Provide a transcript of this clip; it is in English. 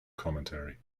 commentary